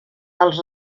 els